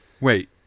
Wait